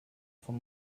von